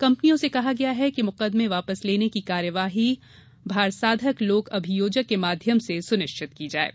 कम्पनियों से कहा गया है कि मुकदमे वापस लेने की कार्यवाही भारसाधक लोक अभियोजक के माध्यम से सुनिश्चित की जायेगी